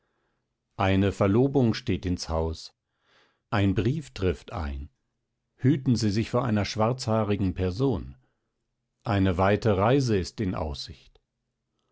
eine verlobung steht ins haus ein brief trifft ein hüten sie sich vor einer schwarzhaarigen person eine weite reise ist in aussicht